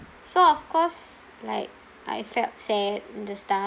so of course like I felt sad and distraught